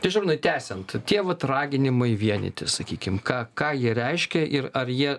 tai šarūnai tęsiant tie vat raginimai vienytis sakykim ką ką jie reiškia ir ar jie